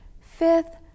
Fifth